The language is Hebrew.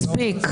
הוא לא הספיק.